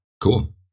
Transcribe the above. cool